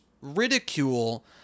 ridicule